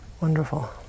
wonderful